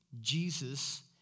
Jesus